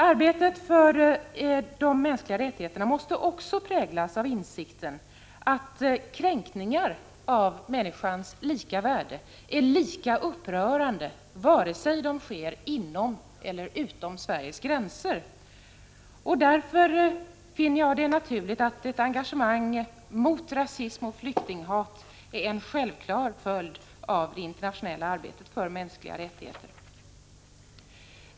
Arbetet för de mänskliga rättigheterna måste också präglas av insikten att kränkningar av människans lika värde är lika upprörande vare sig de sker inom eller utom Sveriges gränser. Därför finner jag det självklart att ett engagemang mot rasism och flyktinghat är en naturlig följd av det internationella arbetet för mänskliga rättigheter.